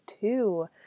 two